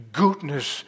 goodness